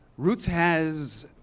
roots has,